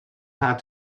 had